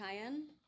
cayenne